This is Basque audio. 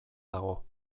dago